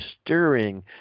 stirring